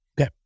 Okay